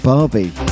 Barbie